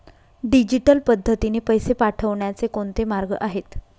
Digital पद्धतीने पैसे पाठवण्याचे कोणते मार्ग आहेत?